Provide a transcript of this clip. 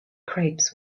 crepes